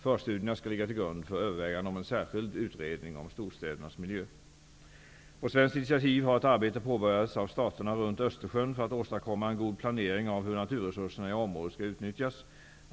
Förstudierna skall ligga till grund för överväganden om en särskild utredning om storstädernas miljö. På svenskt initiativ har ett arbete påbörjats av staterna runt Östersjön för att åstadkomma en god planering av hur naturresurserna i området skall utnyttjas.